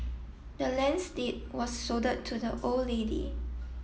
the land's deed was to the old lady